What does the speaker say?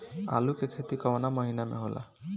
आलू के खेती कवना महीना में होला?